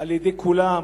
על-ידי כולם,